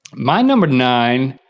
my number nine